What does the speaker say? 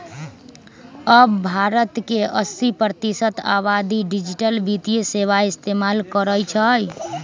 अब भारत के अस्सी प्रतिशत आबादी डिजिटल वित्तीय सेवाएं इस्तेमाल करई छई